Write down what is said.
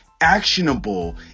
actionable